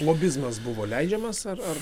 lobizmas buvo leidžiamas ar ar